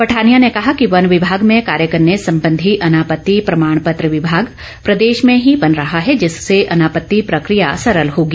पठानिया ने कहा कि वन विभाग में कार्य करने संबंधी अनापत्ति प्रमाणपत्र विभाग प्रदेश में ही बन रहा है जिससे अनापत्ति प्रक्रिया सरल होगी